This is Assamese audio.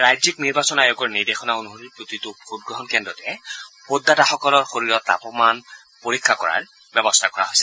ৰাজ্যিক নিৰ্বাচন আয়োগৰ নিৰ্দেশনা অনুসৰি প্ৰতিটো ভোটগ্ৰহণ কেন্দ্ৰতে ভোটদাতাসকলৰ শৰীৰৰ তাপমান পৰীক্ষা কৰাৰ ব্যৱস্থা কৰা হৈছে